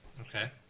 Okay